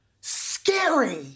scary